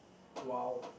!wow!